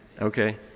Okay